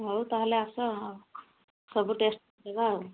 ହଉ ତା'ହେଲେ ଆସ ସବୁ ଟେଷ୍ଟ କରିବା ଆଉ